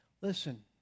Listen